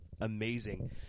amazing